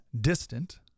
distant